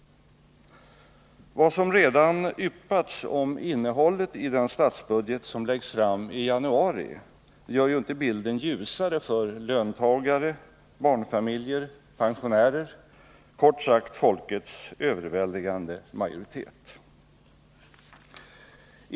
Vad som redan yppats om innehållet i den statsbudget som läggs fram i januari gör ju inte bilden ljusare för löntagare, barnfamiljer, pensionärer — kort sagt folkets överväldigande majoritet.